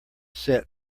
set